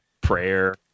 prayer